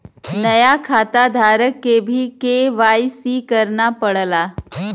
नया खाताधारक के भी के.वाई.सी करना पड़ला